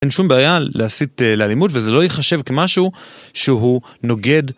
אין שום בעיה להסיט לאלימות וזה לא ייחשב כמשהו שהוא נוגד.